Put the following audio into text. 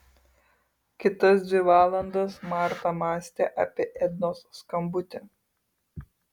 kitas dvi valandas marta mąstė apie ednos skambutį